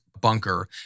bunker